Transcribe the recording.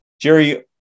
Jerry